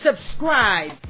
Subscribe